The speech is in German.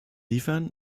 liefern